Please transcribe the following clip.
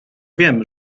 wiem